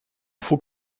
faut